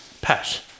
Pat